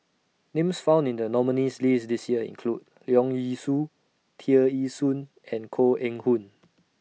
Names found in The nominees' list This Year include Leong Yee Soo Tear Ee Soon and Koh Eng Hoon